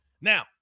Now